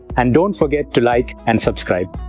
and don't forget to like and subscribe.